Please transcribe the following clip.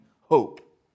hope